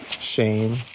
shame